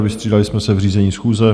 Vystřídali jsme se v řízení schůze.